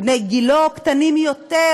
בני גילו או קטנים יותר,